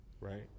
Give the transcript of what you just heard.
Right